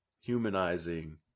humanizing